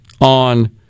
on